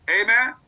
Amen